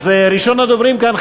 ראשון הדוברים כאן,